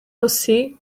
aussi